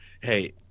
Hey